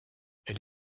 elle